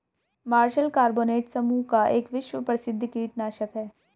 martial carbonate समूह का एक विश्व प्रसिद्ध कीटनाशक है